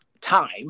time